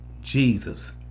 Jesus